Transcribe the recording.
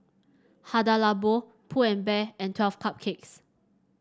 Hada Labo Pull and Bear and Twelve Cupcakes